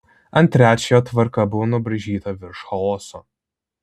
ant trečiojo tvarka buvo nubraižyta virš chaoso